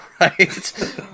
right